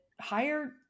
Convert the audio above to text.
higher